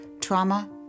trauma